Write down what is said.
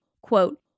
quote